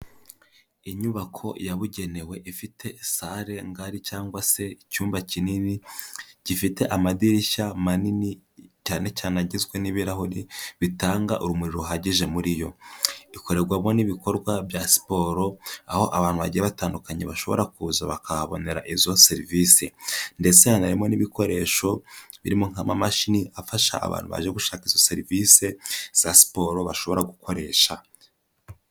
Inyubako yabugenewe ifite salle ngari cyangwa se icyumba kinini, gifite amadirishya manini cyane cyane agizwe n'ibirahuri bitanga urumuri ruhagije muri yo, ikorerwamo n'ibikorwa bya siporo, aho abantu bagiye batandukanye bashobora kuza bakahabonera izo serivisi, ndetse hanarimo n'ibikoresho birimo nk'amamashini afasha abantu baje gushaka izo serivise za siporo bashobora gukoresha.